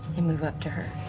i move up to her,